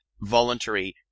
Voluntary